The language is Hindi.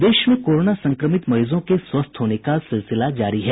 प्रदेश में कोरोना संक्रमित मरीजों के स्वस्थ होने का सिलसिला जारी है